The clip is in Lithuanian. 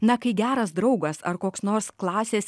na kai geras draugas ar koks nors klasės